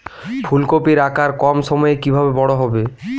ফুলকপির আকার কম সময়ে কিভাবে বড় হবে?